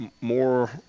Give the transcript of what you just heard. more